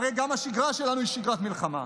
הרי גם השגרה שלנו היא שגרת מלחמה.